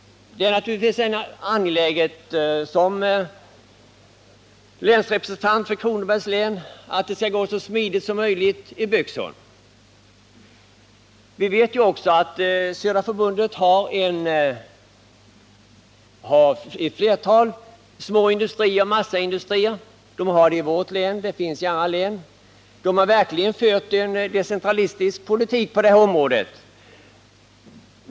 Som länsrepresentant för Kronobergs län vill jag naturligtvis att det skall gå så smidigt som möjligt när det gäller Böksholm. Södra Skogsägarna har ju ett flertal små pappersoch massaindustrier både i vårt län och i andra län, och de har verkligen fört en decentralistisk politik på det här området.